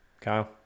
Kyle